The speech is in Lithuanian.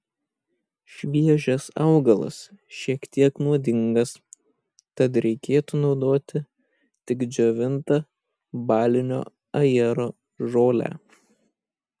šviežias augalas šiek tiek nuodingas tad reikėtų naudoti tik džiovintą balinio ajero žolę